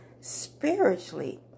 Spiritually